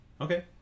Okay